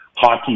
hockey